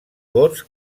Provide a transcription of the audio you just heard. gots